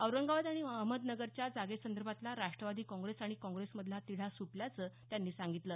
औरंगाबाद आणि अहमदनगरच्या जागेसंदर्भातला राष्टवादी काँग्रेस आणि काँग्रेस मधला तिढा सुटल्याचं त्यांनी सांगितलं